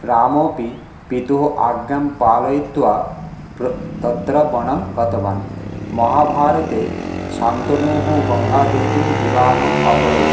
रामोऽपि पितुः आज्ञां पालयित्वा प्र तत्र वनम् गतवान् महाभारते शान्तनुः गङ्गा देवी विवाहम् अकरोत्